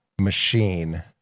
machine